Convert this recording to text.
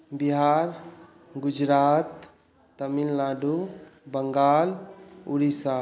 Bihar Gujarat Tamil Nadu Bengal Orissa